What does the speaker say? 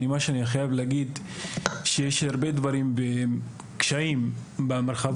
יש הרבה קשיים במרחב